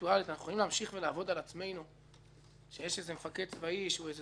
אנחנו יכולים להמשיך לעבוד על עצמנו שיש איזה מפקד צבאי שהוא סוג של